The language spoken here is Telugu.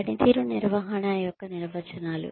పనితీరు నిర్వహణ యొక్క నిర్వచనాలు